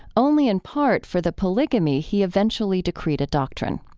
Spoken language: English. only in part for the polygamy he eventually decreed a doctrine.